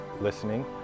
listening